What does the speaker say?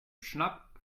schnapp